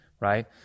right